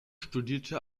studierte